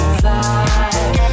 fly